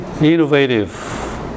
innovative